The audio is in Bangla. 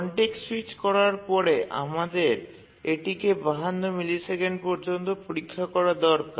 কনটেক্সট স্যুইচ করার পরে আমাদের এটিকে ৫২ মিলিসেকেন্ড পর্যন্ত পরীক্ষা করা দরকার